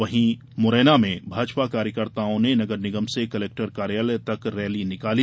वहीं मुरैना में भाजपा कार्यकर्ताओं ने नगर निगम से कर्लेक्टर कार्यालय तक रैली निकाली